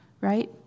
right